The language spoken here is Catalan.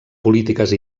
polítiques